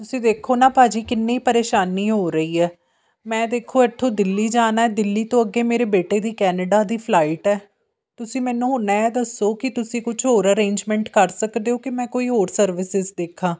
ਤੁਸੀਂ ਦੇਖੋ ਨਾ ਭਾਅ ਜੀ ਕਿੰਨੀ ਪਰੇਸ਼ਾਨੀ ਹੋ ਰਹੀ ਹੈ ਮੈਂ ਦੇਖੋ ਇੱਥੋਂ ਦਿੱਲੀ ਜਾਣਾ ਦਿੱਲੀ ਤੋਂ ਅੱਗੇ ਮੇਰੇ ਬੇਟੇ ਦੀ ਕੈਨੇਡਾ ਦੀ ਫਲਾਈਟ ਹੈ ਤੁਸੀਂ ਮੈਨੂੰ ਹੁਣ ਇਹ ਦੱਸੋ ਕਿ ਤੁਸੀਂ ਕੁਝ ਹੋਰ ਅਰੇਂਜਮੈਂਟ ਕਰ ਸਕਦੇ ਹੋ ਕਿ ਮੈਂ ਕੋਈ ਹੋਰ ਸਰਵਿਸਿਸ ਦੇਖਾਂ